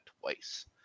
twice